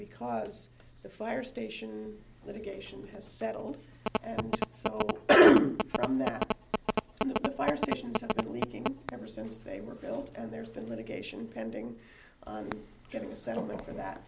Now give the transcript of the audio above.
because the fire station litigation has settled from the fire station leaking ever since they were built and there's been litigation pending on getting a settlement from that